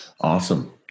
Awesome